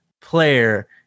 player